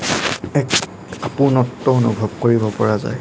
এক আপোনত্ব অনুভৱ কৰিব পৰা যায়